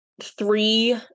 three